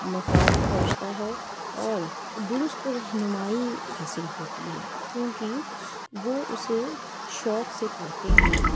مفاد پہنچتا ہے اور دُرست رہنمائی حاصل ہوتی ہے کیوں کہ وہ اُسے شوق سے پڑھتے ہیں